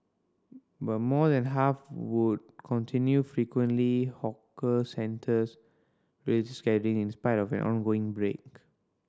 but more than half would continue frequently hawker centres religious gathering in spite of an ongoing outbreak